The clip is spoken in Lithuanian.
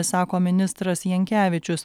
sako ministras jankevičius